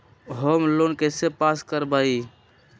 Home loan pass पास कर बाबई?